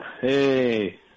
hey